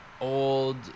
old